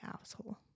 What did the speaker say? asshole